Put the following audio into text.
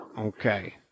Okay